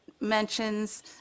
mentions